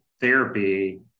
therapy